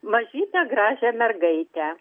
mažytę gražią mergaitę